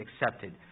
accepted